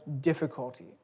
difficulty